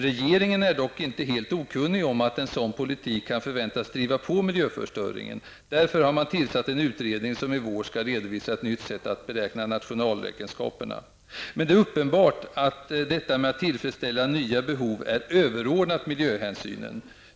Regeringen är dock inte helt okunnig om att en sådan politik kan förväntas driva på miljöförstöringen. Därför har man tillsatt en utredning som i vår skall redovisa ett nytt sätt att beräkna nationalräkenskaperna. Men det är uppenbart att detta med att tillfredsställa nya behov är överordnat miljöhänsynen.